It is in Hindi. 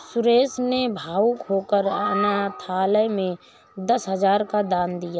सुरेश ने भावुक होकर अनाथालय में दस हजार का दान दिया